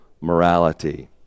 morality